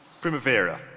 Primavera